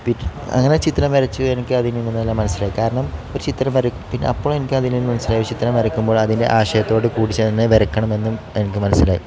P അങ്ങനെ ചിത്രം വരച്ച് എനിക്ക് അതിൽ നിന്നെല്ലാം മനസ്സിലായി കാരണം ഒരു ചിത്രം വര പിന്നെ അപ്പോഴെനിക്ക് അതിൽ നിന്ന് മനസ്സിലായി ചിത്രം വരക്കുമ്പോൾ അതിൻ്റെ ആശയത്തോടു കൂടിച്ചേർന്ന് വരക്കണമെന്നും എനിക്ക് മനസ്സിലായി